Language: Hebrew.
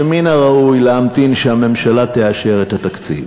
שמן הראוי להמתין עד שהממשלה תאשר את התקציב,